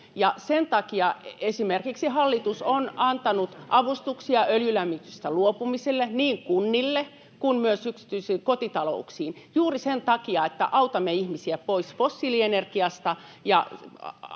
on esimerkiksi antanut avustuksia öljylämmityksestä luopumiseen niin kunnille kuin myös yksityisiin kotitalouksiin, juuri sen takia, että autamme ihmisiä pois fossiilienergiasta ja